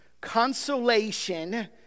consolation